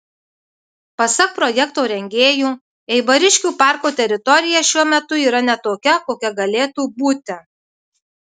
pasak projekto rengėjų eibariškių parko teritorija šiuo metu yra ne tokia kokia galėtų būti